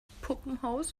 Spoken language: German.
puppenhaus